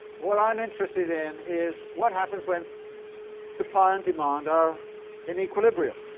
what i'm interested in is, what happens when supply and demand are in equilibrium.